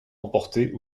emportés